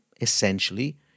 essentially